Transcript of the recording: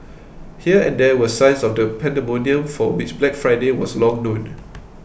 here and there were signs of the pandemonium for which Black Friday was long known